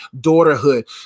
daughterhood